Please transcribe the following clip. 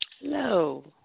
Hello